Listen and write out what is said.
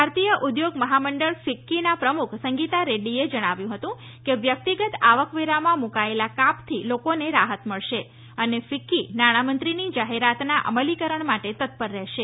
ભારતીય ઉદ્યોગ મહામંડળ ફિક્કીના પ્રમુખ સંગીતા રેડ્ડીએ જણાવ્યું હતું કે વ્યક્તિગત આવકવેરામાં મૂકાયેલા કાપથી લોકોને રાહત મળશે અને ફિક્કી નાણામંત્રીની જાહેરાતના અમલીકરણ માટે તત્પર રહેશે